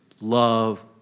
love